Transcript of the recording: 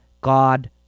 God